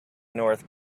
north